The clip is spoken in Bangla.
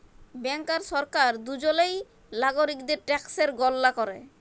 ব্যাংক আর সরকার দুজলই লাগরিকদের ট্যাকসের গললা ক্যরে